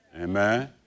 Amen